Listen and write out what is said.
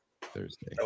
thursday